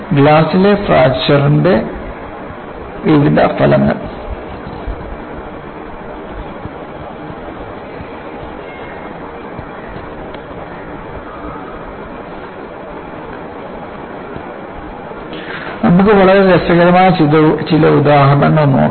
ഗ്ലാസിലെ ഫ്രാക്ചർന്റെ വിവിധ ഫലങ്ങൾ നമുക്ക് വളരെ രസകരമായ ചില ഉദാഹരണങ്ങൾ നോക്കാം